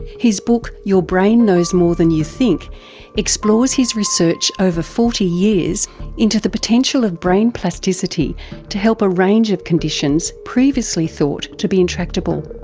his book your brain knows more than you think explores his research over forty years into the potential of brain plasticity to help a range of conditions previously thought to be intractable.